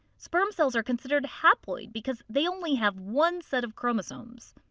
sperms cells are considered haploid because they only have one set of chromosomes.